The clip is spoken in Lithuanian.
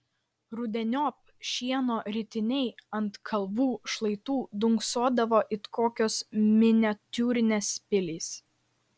rudeniop šieno ritiniai ant kalvų šlaitų dunksodavo it kokios miniatiūrinės pilys